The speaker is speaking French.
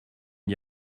n’y